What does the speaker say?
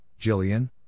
Jillian